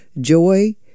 Joy